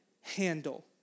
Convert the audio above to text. handle